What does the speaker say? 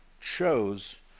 chose